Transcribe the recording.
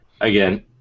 again